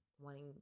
wanting